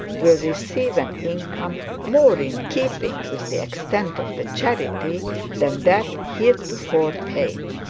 will receive an income more in keeping with the extent of the charity than that heretofore paid.